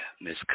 Miss